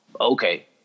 okay